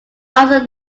after